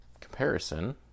Comparison